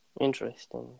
Interesting